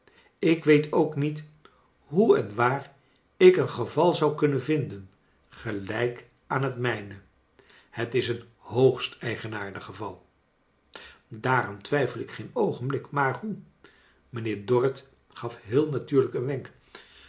ik weet ook niet hoe en waar ik een geval zou kunnen vinden gelijk aan het mijne het is een hoogst eigenaardig geval daaraan twijfel ik geen oogenblik maar hoe mijnheer dorrit gaf heel natuurlijk een wenk